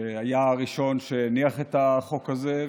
שהיה הראשון שהניח את החוק הזה.